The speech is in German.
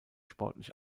sportlich